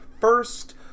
first